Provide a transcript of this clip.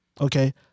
okay